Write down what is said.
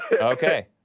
Okay